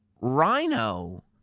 Rhino